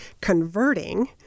converting